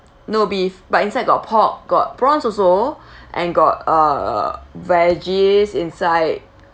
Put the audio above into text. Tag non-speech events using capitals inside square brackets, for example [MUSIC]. no beef but inside got pork got prawns also [BREATH] and got uh veggies inside